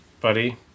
Buddy